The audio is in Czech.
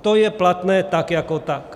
To je platné tak jako tak.